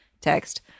text